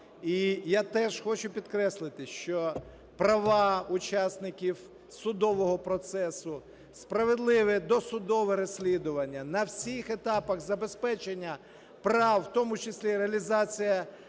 І я теж хочу підкреслити, що права учасників судового процесу, справедливе досудове розслідування на всіх етапах забезпечення прав, в тому числі і реалізація